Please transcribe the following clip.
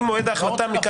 ממועד ההחלטה.